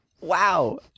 Wow